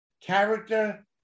character